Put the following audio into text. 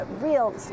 real